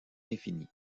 infinies